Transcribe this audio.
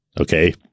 okay